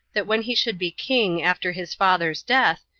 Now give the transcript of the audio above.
that when he should be king after his father's death,